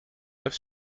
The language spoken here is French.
neuf